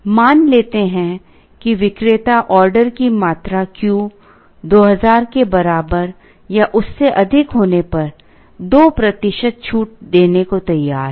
मान लेते हैं कि विक्रेता ऑर्डर की मात्रा Q 2000 के बराबर या उससे अधिक होने पर 2 प्रतिशत छूट देने को तैयार है